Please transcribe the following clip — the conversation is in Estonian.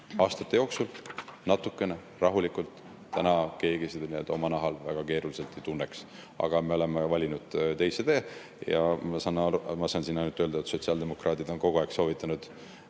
aastate jooksul, natukene, rahulikult, siis täna keegi seda oma nahal väga ei tunneks. Aga me oleme valinud teise tee. Ma saan ainult öelda, et sotsiaaldemokraadid on kogu aeg soovitanud